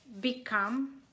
become